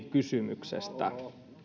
kysymyksestä